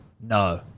No